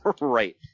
Right